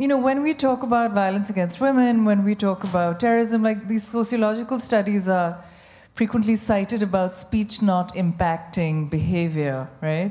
you know when we talk about violence against women when we talk about terrorism like these sociological studies are frequently cited about speech not impacting behavior right